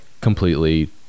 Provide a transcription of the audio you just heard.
completely